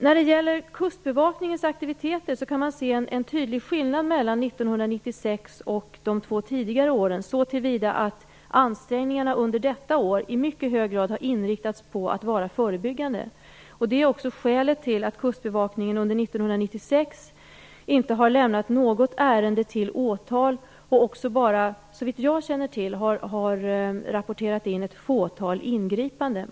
När det gäller kustbevakningens aktiviteter kan man se en tydlig skillnad mellan 1996 och de två tidigare åren så till vida att ansträngningarna under detta år i mycket hög grad har inriktats på att vara förebyggande. Det är också skälet till att kustbevakningen under 1996 inte har lämnat något ärende till åtal och också bara, såvitt jag känner till, har rapporterat in ett fåtal ingripanden.